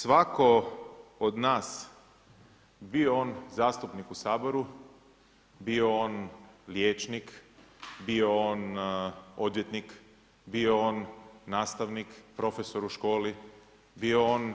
Svako od nas bio on zastupnik u Saboru, bio on liječnik, bio on odvjetnik, bio on nastavnik, profesor u školi, bio on